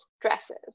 dresses